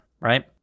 right